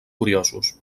curiosos